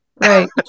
Right